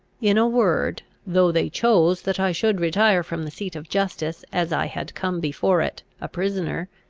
in a word, though they chose that i should retire from the seat of justice, as i had come before it, a prisoner,